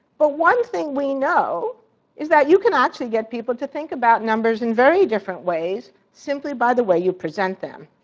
but one thing we know is that you can actually get people to think about numbers in very different ways simply by the way you present them.